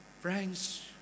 Friends